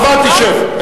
הבנתי, הבנתי, שב.